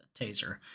taser